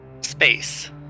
space